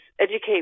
educate